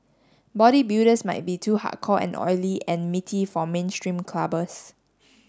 bodybuilders might be too hardcore and oily and meaty for mainstream clubbers